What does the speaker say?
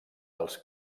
dels